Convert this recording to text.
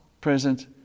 present